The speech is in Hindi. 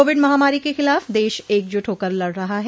कोविड महामारी के खिलाफ देश एकजुट होकर लड़ रहा है